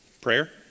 Prayer